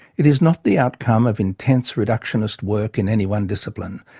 it is not the outcome of intense, reductionist work in any one discipline,